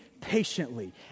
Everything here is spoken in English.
patiently